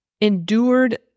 endured